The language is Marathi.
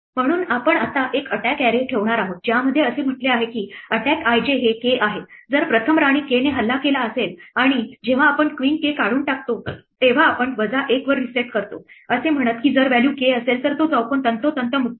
म्हणून आपण आता एक attack array ठेवणार आहोत ज्यामध्ये असे म्हटले आहे की attack i j हे k आहे जर प्रथम राणी k ने हल्ला केला असेल आणि जेव्हा आपण क्वीन k काढून टाकतो तेव्हा आपण वजा एक वर रीसेट करतो असे म्हणत की जर व्हॅल्यू k असेल तर तो चौकोन तंतोतंत मुक्त आहे